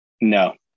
No